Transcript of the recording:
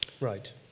Right